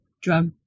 drug